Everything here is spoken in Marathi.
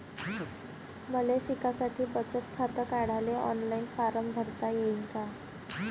मले शिकासाठी बचत खात काढाले ऑनलाईन फारम भरता येईन का?